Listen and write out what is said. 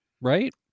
right